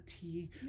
tea